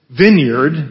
vineyard